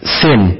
sin